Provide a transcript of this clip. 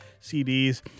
CDs